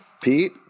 Pete